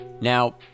Now